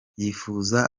yifuza